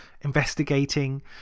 investigating